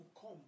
come